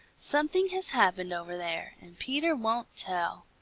something has happened over there, and peter won't tell.